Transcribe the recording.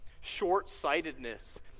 short-sightedness